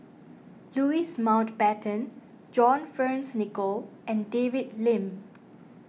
Louis Mountbatten John Fearns Nicoll and David Lim